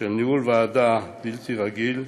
של ניהול ועדה בלתי רגיל.